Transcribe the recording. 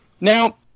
Now